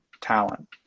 talent